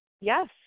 Yes